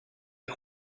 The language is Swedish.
jag